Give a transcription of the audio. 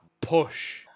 push